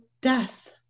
death